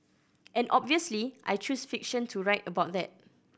and obviously I choose fiction to write about that